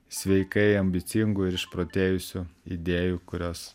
sveikai ambicingų ir išprotėjusių idėjų kurios